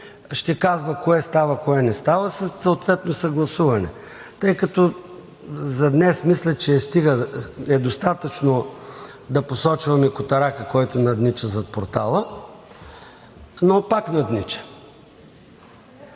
ще казва кое става, кое не става със съответно съгласуване. За днес мисля, че е достатъчно да посочваме котарака, който наднича зад портала, но пак наднича.